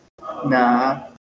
Nah